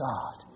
God